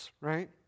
right